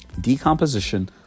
Decomposition